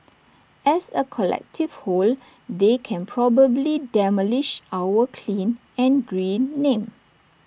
as A collective whole they can probably demolish our clean and green name